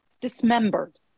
Dismembered